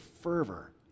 fervor